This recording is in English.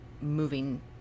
moving